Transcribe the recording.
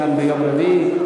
כאן ביום רביעי,